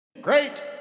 Great